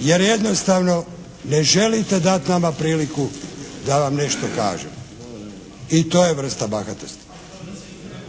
jer jednostavno ne želite dati nama priliku da vam nešto kažem i to je vrsta bahatosti